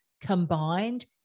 combined